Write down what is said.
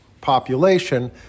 population